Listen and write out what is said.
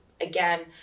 again